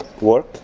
work